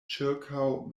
ĉirkaŭ